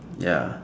ya